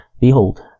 Behold